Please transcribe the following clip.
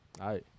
Hi